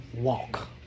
walk